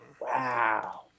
wow